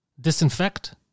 disinfect